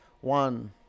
One